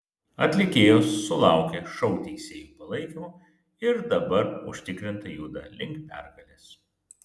atlikėjos sulaukė šou teisėjų palaikymo ir dabar užtikrintai juda link pergalės